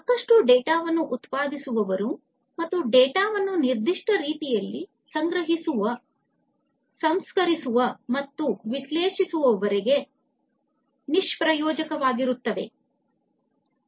ಅವರು ಸಾಕಷ್ಟು ಡೇಟಾವನ್ನು ಉತ್ಪಾದಿಸುವವರು ಮತ್ತು ಈ ಡೇಟಾವನ್ನು ನಿರ್ದಿಷ್ಟ ರೀತಿಯಲ್ಲಿ ಸಂಗ್ರಹಿಸುವ ಸಂಸ್ಕರಿಸುವ ಮತ್ತು ವಿಶ್ಲೇಷಿಸುವವರೆಗೆ ನಿಷ್ಪ್ರಯೋಜಕವಾಗಿರುತ್ತದೆ